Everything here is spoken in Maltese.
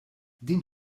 din